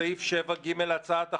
בסעיף 5(ג) להצעת החוק,